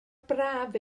braf